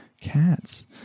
cats